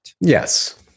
Yes